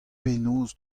penaos